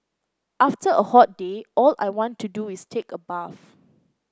after a hot day all I want to do is take a bath